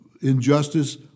injustice